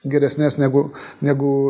geresnes negu negu